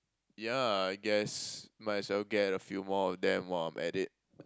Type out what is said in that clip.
yeah I guess might as well get a few more of them while I'm at it